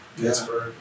Pittsburgh